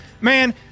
man